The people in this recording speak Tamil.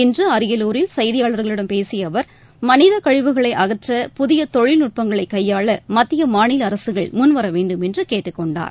இன்று அரியலூரில் செய்தியாளர்களிடம் பேசிய அவர் மனித கழிவுகளை அகற்ற புதிய தொழில்நுட்பங்களை கையாள மத்திய மாநில அரசுகள் முன்வர வேண்டும் என்று கேட்டுக்கொண்டார்